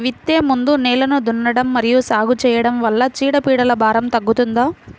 విత్తే ముందు నేలను దున్నడం మరియు సాగు చేయడం వల్ల చీడపీడల భారం తగ్గుతుందా?